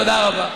תודה רבה.